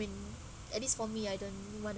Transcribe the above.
in at least for me I don't want to